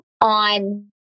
on